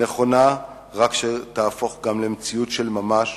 נכון, רק שיהפוך גם למציאות של ממש,